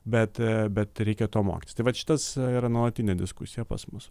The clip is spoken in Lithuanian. bet bet reikia to mokytis tai vat šitas yra nuolatinė diskusija pas mus